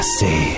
say